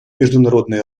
международный